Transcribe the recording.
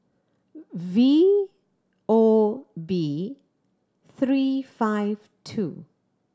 V O B three five two